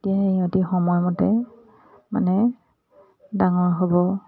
তেতিয়া সিহঁতি সময়মতে মানে ডাঙৰ হ'ব